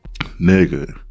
nigga